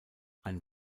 ein